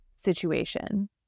situation